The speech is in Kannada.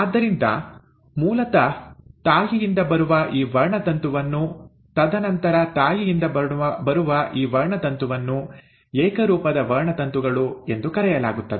ಆದ್ದರಿಂದ ಮೂಲತಃ ತಂದೆಯಿಂದ ಬರುವ ಈ ವರ್ಣತಂತುವನ್ನು ತದನಂತರ ತಾಯಿಯಿಂದ ಬರುವ ಈ ವರ್ಣತಂತುವನ್ನು ಏಕರೂಪದ ವರ್ಣತಂತುಗಳು ಎಂದು ಕರೆಯಲಾಗುತ್ತದೆ